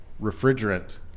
refrigerant